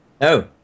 no